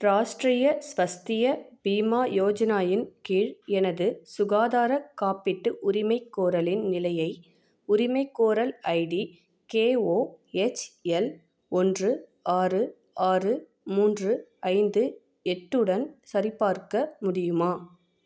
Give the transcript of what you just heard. ராஷ்டிரிய ஸ்வஸ்திய பீமா யோஜனா இன் கீழ் எனது சுகாதார காப்பீட்டு உரிமைக்கோரலின் நிலையை உரிமைக்கோரல் ID K O H L ஒன்று ஆறு ஆறு மூன்று ஐந்து எட்டு உடன் சரிபார்க்க முடியுமா